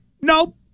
Nope